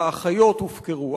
האחיות הופקרו,